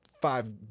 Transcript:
five